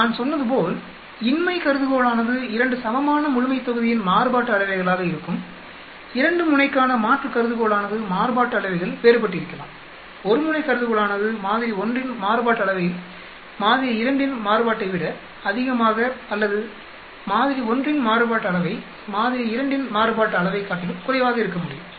நான் சொன்னதுபோல் இன்மை கருதுகோளானது 2 சமமான முழுமைத்தொகுதியின் மாறுபாட்டு அளவைகளாக இருக்கும் 2 முனைக்கான மாற்று கருதுகோளானது மாறுபாட்டு அளவைகள் வேறுபட்டிருக்கலாம் ஒரு முனை கருதுகோளானது மாதிரி 1 இன் மாறுபாட்டு அளவை மாதிரி 2 இன் மாறுபாட்டை விட அதிகமாக அல்லது மாதிரி 1 இன் மாறுபாட்டு அளவை மாதிரி 2 இன் மாறுபாட்டு அளவைக் காட்டிலும் குறைவாக இருக்கமுடியும்